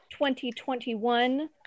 2021